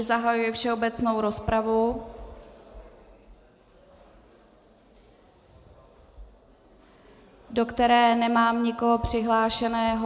Zahajuji všeobecnou rozpravu, do které nemám nikoho přihlášeného.